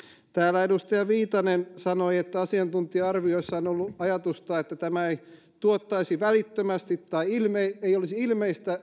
täällä edustaja viitanen sanoi että asiantuntija arvioissa on ollut ajatusta että tämä ei tuottaisi välittömästi tai ei olisi ilmeistä